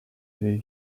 veut